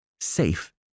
Safe